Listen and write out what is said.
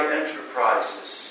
enterprises